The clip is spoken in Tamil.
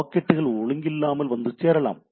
பாக்கெட்டுகள் ஒழுங்கில்லாமல் வந்து சேரலாம்